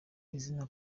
izina